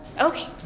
Okay